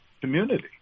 community